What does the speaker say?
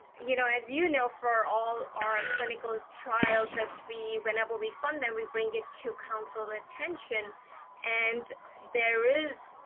you know, as you know, for all our clinical trials of we, whenever we fund them we bring it to council's attention and there is